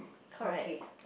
okay